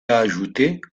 ajoutait